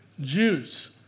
Jews